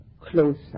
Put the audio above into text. closer